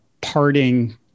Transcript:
parting